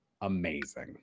amazing